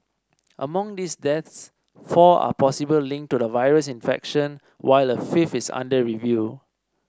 among these deaths four are possible linked to the virus infection while a fifth is under review